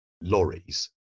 lorries